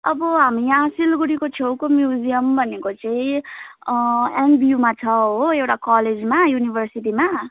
अबो हामी यहाँ सिलगढीको छेउको म्युजियम भनेको चाहिँ एनबियुमा छ हो एउटा कलेजमा युनिभर्सिटीमा